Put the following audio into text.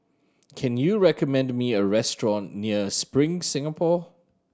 can you recommend me a restaurant near Spring Singapore